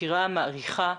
מוקירה ומעריכה.